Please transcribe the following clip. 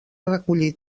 recollir